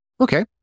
Okay